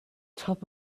top